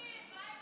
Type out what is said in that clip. קושניר, מה עם